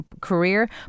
career